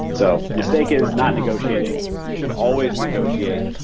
so mistake is not negotiating. you should always negotiate.